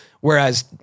Whereas